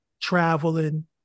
traveling